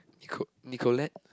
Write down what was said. Nico Nicolas